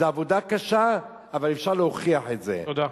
זו עבודה קשה, אבל אפשר להוכיח את זה, תודה.